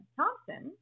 Thompson